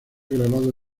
grabada